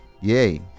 yay